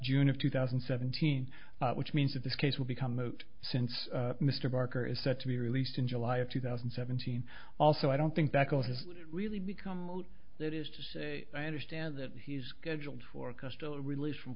june of two thousand and seventeen which means that this case will become moot since mr barker is set to be released in july of two thousand and seventeen also i don't think back over has really become that is to say i understand that he's scheduled for a customer released from